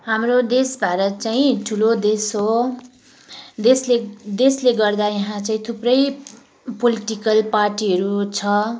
हाम्रो देश भारत चाहिँ ठुलो देश हो देशले देशले गर्दा यहाँ चाहिँ थुप्रै पोलिटिकल पार्टीहरू छ